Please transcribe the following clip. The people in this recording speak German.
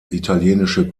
italienische